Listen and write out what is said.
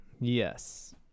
Yes